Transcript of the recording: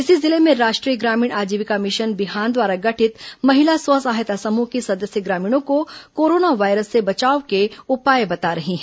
इसी जिले में राष्ट्रीय ग्रामीण आजीविका मिशन बिहान द्वारा गठित महिला स्व सहायता समूह की सदस्य ग्रामीणों को कोरोना वायरस से बचाव के उपाय बता रही हैं